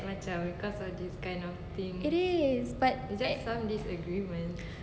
it is but